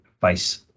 base